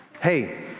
Hey